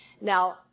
Now